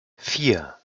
vier